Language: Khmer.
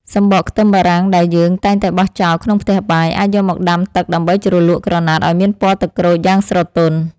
សំបកខ្ទឹមបារាំងដែលយើងតែងតែបោះចោលក្នុងផ្ទះបាយ អាចយកមកដាំទឹកដើម្បីជ្រលក់ក្រណាត់ឱ្យមានពណ៌ទឹកក្រូចយ៉ាងស្រទន់។